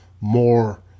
more